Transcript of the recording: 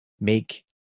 make